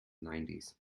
nineties